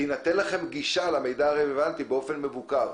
אז למה שלא תינתן לכם גישה למידע הרלוונטי באופן מבוקר,